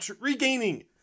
regaining